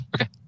okay